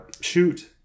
shoot